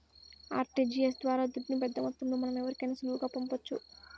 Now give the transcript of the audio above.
RTGS ద్వారా దుడ్డుని పెద్దమొత్తంలో మనం ఎవరికైనా సులువుగా పంపొచ్చు